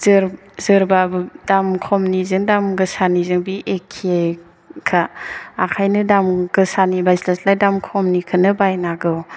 जोर जोरबाबो दाम खमनिजों दाम गोसानिजों बे एखेखा ओंखायनो दाम गोसानि बायस्लायस्लाय दाम खमनिखौनो बायनांगौ